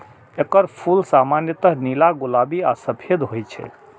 एकर फूल सामान्यतः नीला, गुलाबी आ सफेद होइ छै